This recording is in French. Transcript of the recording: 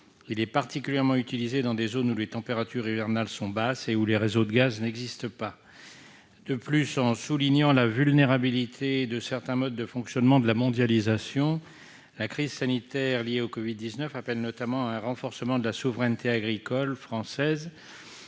Il est particulièrement utilisé dans des zones où les températures hivernales sont basses et où les réseaux de gaz n'existent pas. De plus, en soulignant la vulnérabilité de certains modes de fonctionnement de la mondialisation, la crise sanitaire liée à l'épidémie de covid-19 appelle notamment un renforcement de la souveraineté agricole française.